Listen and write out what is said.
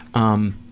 um,